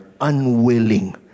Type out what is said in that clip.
unwilling